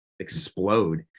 explode